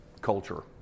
culture